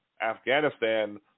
Afghanistan